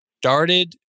started